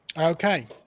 Okay